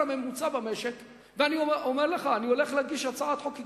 הממוצע במשק ואני אומר לך שאני הולך להגיש הצעת חוק,